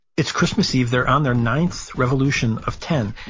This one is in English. it's christmas eve, they're on their ninth revolution of ten,